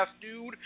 dude